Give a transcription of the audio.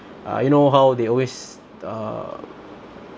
uh you know how they always uh